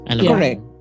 Correct